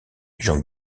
jean